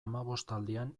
hamabostaldian